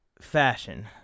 fashion